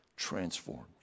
transformed